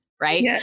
Right